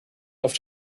auf